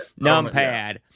Numpad